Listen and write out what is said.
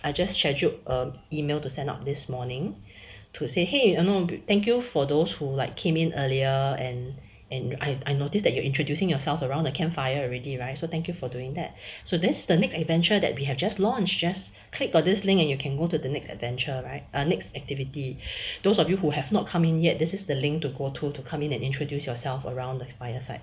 I just scheduled a email to set up this morning to say !hey! no thank you for those who like came in earlier and and I I noticed that you are introducing yourself around the campfire already right so thank you for doing that so this the next adventure that we have just launched just click on this link and you can go to the next adventure right the next activity those of you who have not come in yet this is the link to go through to come in and introduce yourself around the fireside